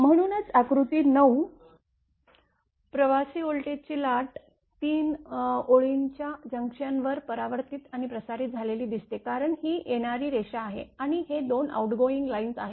म्हणूनच आकृती 9 प्रवासी व्होल्टेज ची लाट ३ ओळींच्या जंक्शनवर परावर्तित आणि प्रसारित झालेली दिसते कारण ही येणारी रेषा आहे आणि हे 2 आऊटगोईंग लाईन आहेत